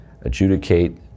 adjudicate